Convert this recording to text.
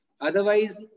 otherwise